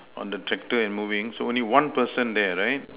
on the tractor and moving so only one person there right